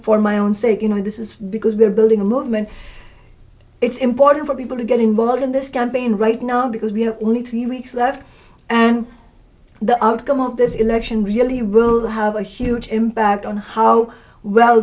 for my own sake you know this is because we're building a movement it's important for people to get involved in this campaign right now because we have only three weeks left and the outcome of this election really will have a huge impact on how well